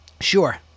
Sure